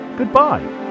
Goodbye